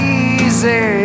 easy